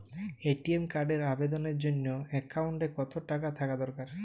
ATM কার্ডের আবেদনের জন্য অ্যাকাউন্টে কতো টাকা থাকা দরকার?